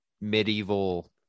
medieval